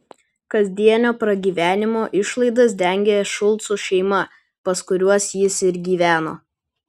kasdienio pragyvenimo išlaidas dengė šulcų šeima pas kuriuos jis ir gyveno